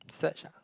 search ah